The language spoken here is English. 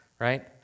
right